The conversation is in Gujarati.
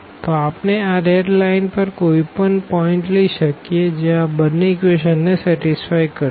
તો આપણે આ રેડ લાઈન પર કોઈ પણ પોઈન્ટ લઇ શકીએ જે આ બંને ઇક્વેશનો ને સેટીસફાય કરશે